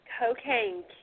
cocaine